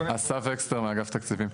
אסף וקסלר מאגף תקציבים.